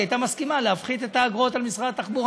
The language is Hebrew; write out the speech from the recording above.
היא הייתה מסכימה להפחית את האגרות על משרד התחבורה.